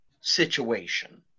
situation